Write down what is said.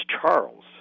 Charles